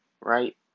right